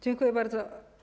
Dziękuję bardzo.